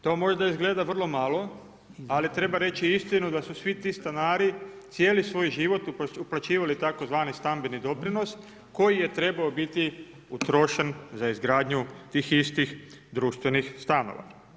To možda izgleda vrlo malo ali treba reći istinu da su svi ti stanari cijeli svoj život uplaćivali tzv. stambeni doprinos koji je trebao biti utrošen za izgradnju tih istih društvenih stanova.